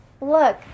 Look